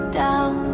down